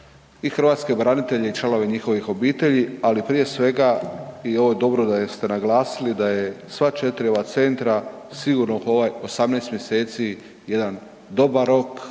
hrvatske branitelje i članove njihovih obitelji ali prije svega i ovo je dobro da ste naglasili da je sva 4 ova centra, sigurno ovih 18 mj. jedan dobar rok